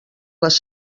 les